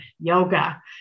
yoga